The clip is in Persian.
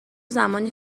زمانی